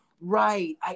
right